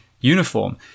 uniform